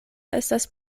estas